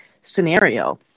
scenario